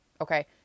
Okay